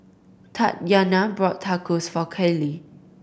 Tatyana bought Tacos for Cale